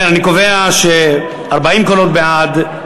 41 קולות בעד,